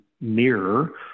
mirror